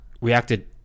reacted